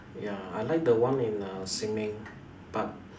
ya I like the one in uh Sin-ming but